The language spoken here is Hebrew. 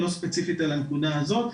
לא ספציפית על הנקודה הזאת.